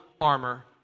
armor